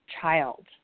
child